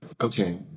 Okay